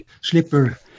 Slipper